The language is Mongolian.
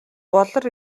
болор